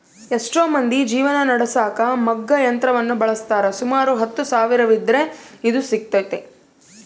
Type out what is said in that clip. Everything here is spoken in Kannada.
ಎಷ್ಟೊ ಮಂದಿ ಜೀವನ ನಡೆಸಕ ಮಗ್ಗ ಯಂತ್ರವನ್ನ ಬಳಸ್ತಾರ, ಸುಮಾರು ಹತ್ತು ಸಾವಿರವಿದ್ರ ಇದು ಸಿಗ್ತತೆ